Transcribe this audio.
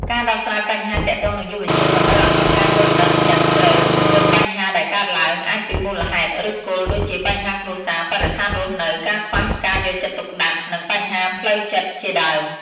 ការដោះស្រាយបញ្ហាទាក់ទងនឹងយុវជន តម្រូវឲ្យមានការយល់ដឹងយ៉ាងជ្រៅលើបញ្ហាដែលកើតឡើង អាចពីមូលហេតុឬសគល់ ដូចជាបញ្ហាគ្រួសារ បរិស្ថានរស់នៅ ការខ្វះការយកចិត្តទុកដាក់ និងបញ្ហាផ្លូវចិត្តជាដើម។